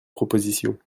proposition